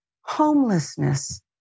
homelessness